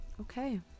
okay